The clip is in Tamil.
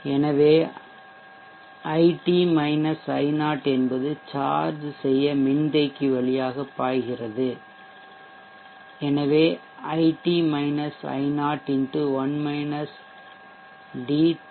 எனவே ஐடி ஐ 0 என்பது சார்ஜ் செய்ய மின்தேக்கி வழியாக பாய்கிறது எனவே ID I 0 X 1 D D